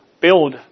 build